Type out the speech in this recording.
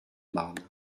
marne